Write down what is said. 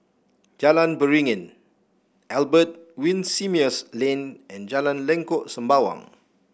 Jalan Beringin Albert Winsemius Lane and Jalan Lengkok Sembawang